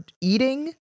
eating